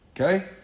Okay